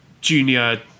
junior